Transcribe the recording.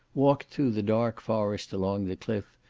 walked through the dark forest along the cliff,